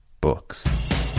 Books